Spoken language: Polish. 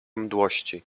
mdłości